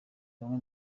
bamwe